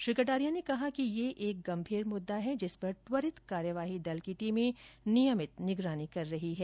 श्री कटारिया ने कहा कि यह गंभीर मुद्दा है जिस पर त्वरित कार्यवाही दल की टीमें नियमित निगरानी कर रही हैं